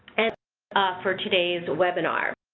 and for today's webinar.